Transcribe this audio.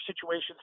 situations